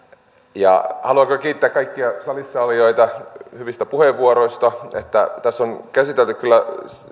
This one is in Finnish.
ja haluan kyllä kiittää kaikkia salissa olijoita hyvistä puheenvuoroista tässä on käsitelty kyllä